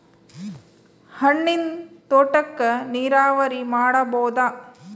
ಹಣ್ಣಿನ್ ತೋಟಕ್ಕ ನೀರಾವರಿ ಮಾಡಬೋದ?